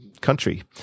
country